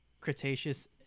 Cretaceous